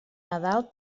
nadal